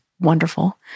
wonderful